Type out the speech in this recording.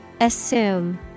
Assume